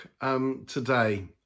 today